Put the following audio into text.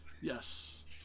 Yes